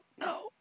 no